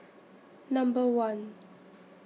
Number one